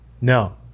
No